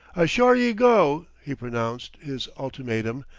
ashore ye go, he pronounced his ultimatum,